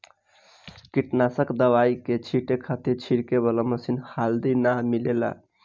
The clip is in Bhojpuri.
कीटनाशक दवाई के छींटे खातिर छिड़के वाला मशीन हाल्दी नाइ मिलेला